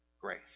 grace